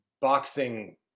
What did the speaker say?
boxing